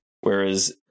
Whereas